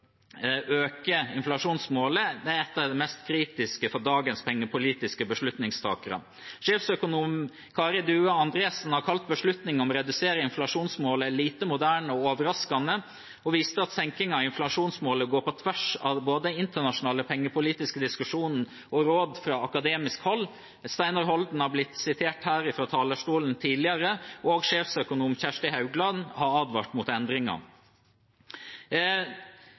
øke inflasjonsmålet – det er noe av det mest kritiske for dagens pengepolitiske beslutningstakere. Sjeføkonom Kari Due-Andresen har kalt beslutningen om å redusere inflasjonsmålet lite moderne og overraskende, og viste at senkningen i inflasjonsmålet går på tvers av både den internasjonale pengepolitiske diskusjonen og råd fra akademisk hold. Steinar Holden har blitt sitert her fra talerstolen tidligere, og sjeføkonom Kjersti Haugland har advart mot